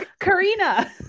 Karina